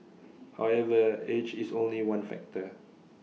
however age is only one factor